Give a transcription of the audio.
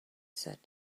said